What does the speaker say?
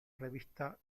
revista